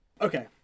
Okay